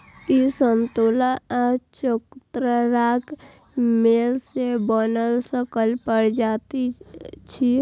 ई समतोला आ चकोतराक मेल सं बनल संकर प्रजाति छियै